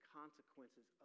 consequences